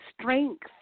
strength